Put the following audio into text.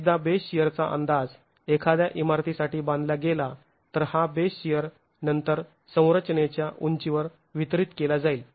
एकदा बेस शिअरचा अंदाज एखाद्या इमारतीसाठी बांधला गेला तर हा बेस शिअर नंतर संरचनेच्या उंचीवर वितरीत केला जाईल